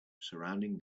surrounding